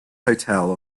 hotel